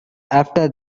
after